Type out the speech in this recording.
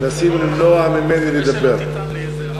מנסים למנוע ממני לדבר.